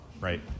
right